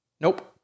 Nope